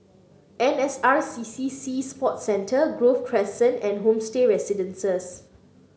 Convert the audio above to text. N S R C C Sea Sports Centre Grove Crescent and Homestay Residences